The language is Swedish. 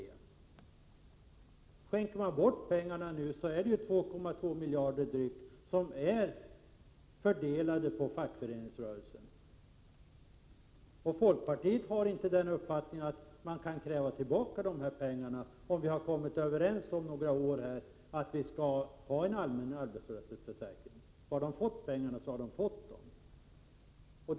Om man nu skänker bort pengarna innebär det ju att 2,2 miljarder kronor har fördelats till fackföreningsrörelsen. Folkpartiet har inte uppfattningen att man kan kräva tillbaka dessa pengar, om man efter några år kommer överens om att en allmän arbetslöshetsförsäkring skall inrättas. Om pengarna har delats ut så har de delats ut.